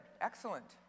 Excellent